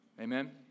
amen